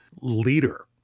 leader